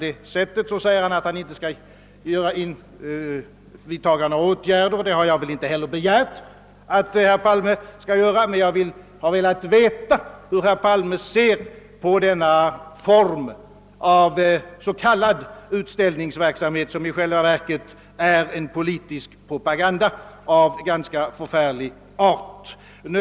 Herr Palme säger, att han inte ämnar vidta några åtgärder. Det har jag inte heller begärt att herr Palme skall göra, men jag har velat veta hur herr Palme ser på den form av s.k. utställningsverksamhet som i själva verket är politisk propaganda av ganska förfärlig art.